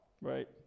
right